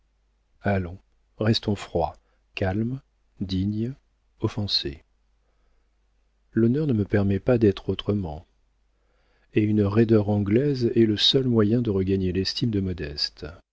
allons restons froid calme digne offensé l'honneur ne me permet pas d'être autrement et une roideur anglaise est le seul moyen de regagner l'estime de modeste